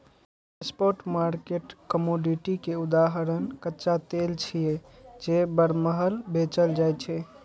spot market commodity के उदाहरण कच्चा तेल छियै, जे बरमहल बेचल जाइ छै